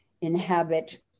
inhabit